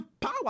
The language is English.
power